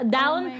down